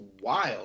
wild